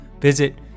Visit